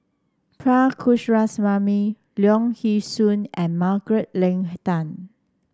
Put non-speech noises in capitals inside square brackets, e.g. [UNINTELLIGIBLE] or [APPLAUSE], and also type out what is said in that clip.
[UNINTELLIGIBLE] Coomaraswamy Leong Yee Soo and Margaret Leng Tan